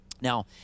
Now